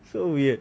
so weird